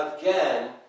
again